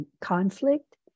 conflict